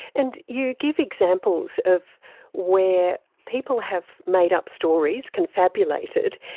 and you give examples of where people have made up stories, confabulated,